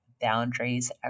boundaries